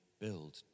build